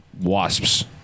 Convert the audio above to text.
wasps